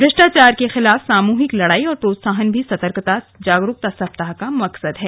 भ्रष्टाचार के खिलाफ सामूहिक लड़ाई व प्रोत्साहन भी सतर्कता जागरूकता सप्ताह का मकसद है